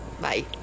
bye